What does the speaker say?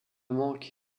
manque